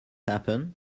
happen